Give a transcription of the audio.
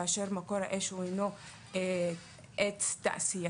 כאשר מקור האש הוא אינו עץ תעשייתי.